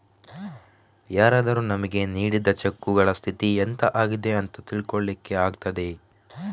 ಯಾರಾದರೂ ನಮಿಗೆ ನೀಡಿದ ಚೆಕ್ಕುಗಳ ಸ್ಥಿತಿ ಎಂತ ಆಗಿದೆ ಅಂತ ತಿಳ್ಕೊಳ್ಳಿಕ್ಕೆ ಆಗ್ತದೆ